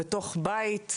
מנכ"לית.